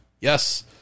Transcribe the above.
Yes